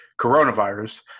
coronavirus